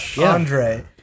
Andre